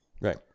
Right